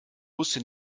wusste